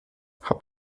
habt